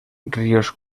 ríos